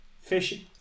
fish